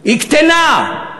היא קטֵנה.